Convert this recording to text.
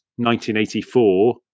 1984